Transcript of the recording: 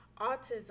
autism